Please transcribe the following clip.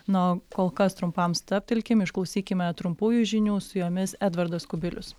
na o kol kas trumpam stabtelkim išklausykime trumpųjų žinių su jomis edvardas kubilius